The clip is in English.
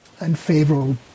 unfavorable